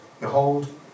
Behold